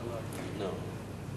אכן,